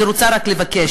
מה שאני רוצה רק לבקש,